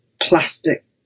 plastic